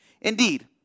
Indeed